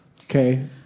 Okay